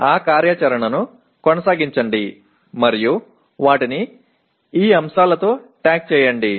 ఆ కార్యాచరణను కొనసాగించండి మరియు వాటిని ఈ అంశాలతో ట్యాగ్ చేయండి